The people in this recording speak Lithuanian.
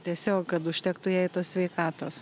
tiesiog kad užtektų jai tos sveikatos